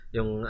Yung